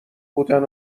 بودن